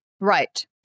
Right